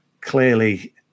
clearly